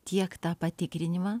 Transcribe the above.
tiek tą patikrinimą